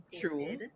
true